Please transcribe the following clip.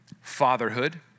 fatherhood